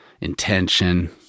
intention